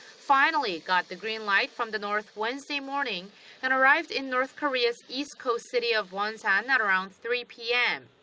finally got the greenlight from the north wednesday morning and arrived in north korea's east coast city of wonsan at around three p m.